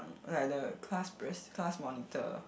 like the class pres class monitor